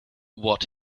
what